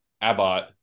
Abbott